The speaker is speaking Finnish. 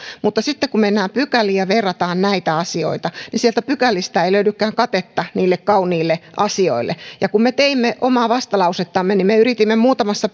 mutta sitten kun mennään pykäliin ja verrataan näitä asioita niin sieltä pykälistä ei löydykään katetta niille kauniille asioille ja kun me teimme omaa vastalausettamme me yritimme muutamassa